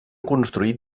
construït